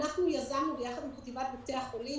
אנחנו יזמנו ביחד עם חטיבת בתי החולים,